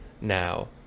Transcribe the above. now